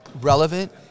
relevant